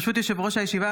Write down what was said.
ברשות יושב-ראש הישיבה,